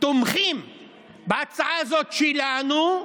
תומכים בהצעה הזאת שלנו,